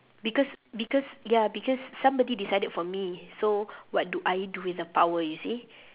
because because ya because somebody decided for me so what do I do with the power you see